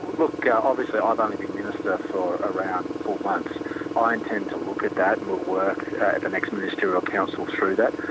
look obviously i've only been minister for around four months. ah i intend to look at that and we'll work at the next ministerial council through that.